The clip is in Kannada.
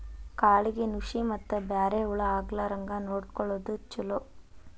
ಕಾಳಿಗೆ ನುಶಿ ಮತ್ತ ಬ್ಯಾರೆ ಹುಳಾ ಆಗ್ಲಾರಂಗ ನೊಡಕೊಳುದು ಚುಲೊ